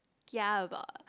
kia about